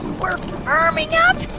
we're firming up,